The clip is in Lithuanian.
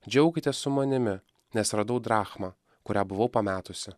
džiaukitės su manimi nes radau drachmą kurią buvau pametusi